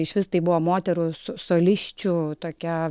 išvis tai buvo moterų solisčių tokia